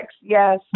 yes